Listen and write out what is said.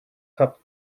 cup